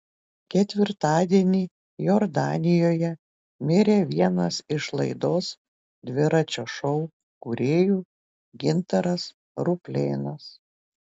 ketvirtadienį jordanijoje mirė vienas iš laidos dviračio šou kūrėjų gintaras ruplėnas